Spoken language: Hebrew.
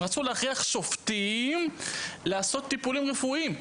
הם רצו להכריח שופטים לעשות טיפולים רפואיים.